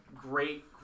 great